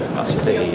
masturbate